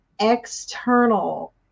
external